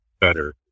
better